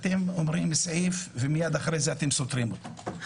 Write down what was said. אתם אומרים סעיף ומייד אחרי זה אתם סותרים אותו.